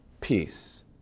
peace